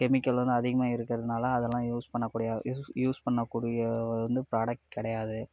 chemical வந்து அதிகமாக இருக்கிறதுனால அதெல்லாம் யூஸ் பண்ணக்கூடியது யூஸ் யூஸ் பண்ணக்கூடிய வந்து ப்ராடக்ட் கிடையாது